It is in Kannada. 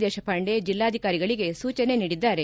ದೇಶಪಾಂಡೆ ಜಿಲ್ಲಾಧಿಕಾರಿಗಳಿಗೆ ಸೂಚನೆ ನೀಡಿದ್ದಾರೆ